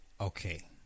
Okay